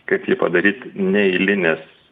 kaip jį padaryt neeilinės